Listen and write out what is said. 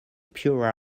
pure